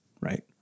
right